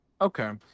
Okay